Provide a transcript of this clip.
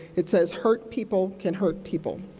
it says, hurt people can hurt people.